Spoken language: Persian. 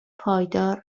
پایدار